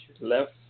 left